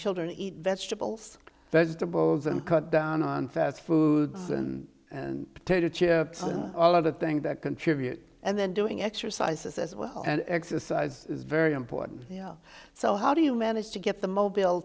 children eat vegetables vegetables and cut down on fast foods and potato chips all of the things that contribute and then doing exercises as well and exercise is very important so how do you manage to get the mobile